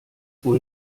wohl